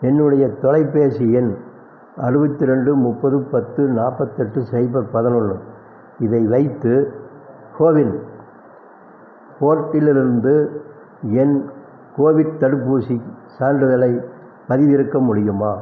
என்னுடைய தொலைபேசி எண் அறுபத்தி ரெண்டு முப்பது பத்து நாற்பத்தெட்டு சைபர் பதினொன்று இதை வைத்து கோவின் போர்ட்டிலிருந்து என் கோவிட் தடுப்பூசி சான்றிதழை பதிவிறக்க முடியுமா